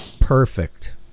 Perfect